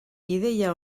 ideia